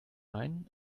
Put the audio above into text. main